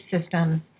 systems